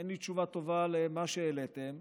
אין לי תשובה טובה למה שהעליתם.